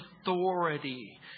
authority